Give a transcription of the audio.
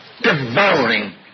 Devouring